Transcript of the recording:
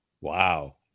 Wow